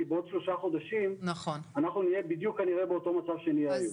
כי בעוד שלושה חודשים אנחנו נהיה בדיוק כנראה באותו מצב שנהיה היום.